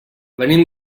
venim